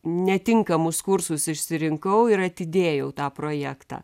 netinkamus kursus išsirinkau ir atidėjau tą projektą